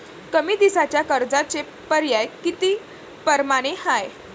कमी दिसाच्या कर्जाचे पर्याय किती परमाने हाय?